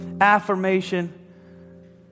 affirmation